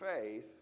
faith